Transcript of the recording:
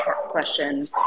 question